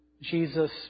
Jesus